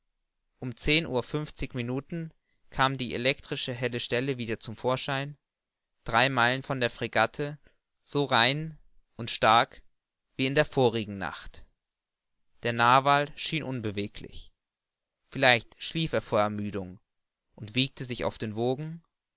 um zehn uhr fünfzig minuten kam die elektrische helle stelle wieder zum vorschein drei meilen von der fregatte so rein und stark wie in der vorigen nacht der nah war schien unbeweglich vielleicht schlief er vor ermüdung und wiegte sich auf den wogen